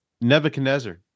Nebuchadnezzar